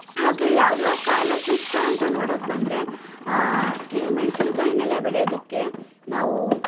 ಹಾಗೆ ಯಾವ ಯಾವ ಕಾಲ ಸೂಕ್ತ ಅಂತ ನೋಡೊಕ್ಕೆ ಬಂದರೆ ಈ ಮೆಣಸಿನಕಾಯನ್ನೆಲ್ಲ ಬೆಳೆಯೋದಕ್ಕೆ ನಾವು